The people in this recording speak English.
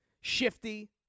Shifty